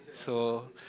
so